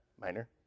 Minor